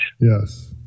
Yes